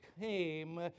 came